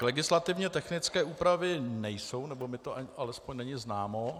Legislativně technické úpravy nejsou, nebo mi to alespoň není známo.